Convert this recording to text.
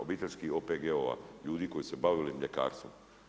Obiteljskih OPG-a, ljudi koji su se bavili mljekarstvom.